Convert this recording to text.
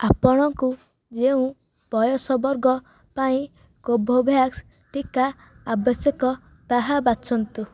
ଆପଣଙ୍କୁ ଯେଉଁ ବୟସ ବର୍ଗ ପାଇଁ କୋଭୋଭ୍ୟାକ୍ସ ଟିକା ଆବଶ୍ୟକ ତାହା ବାଛନ୍ତୁ